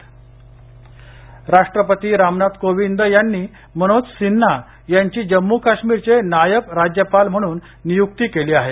राजीनामा राष्ट्रपती रामनाथ कोविंद यांनी मनोज सिन्हा यांची जम्मू काश्मीरचे नायब राज्यपाल म्हणून नियुक्ती केली आहे